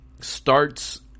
starts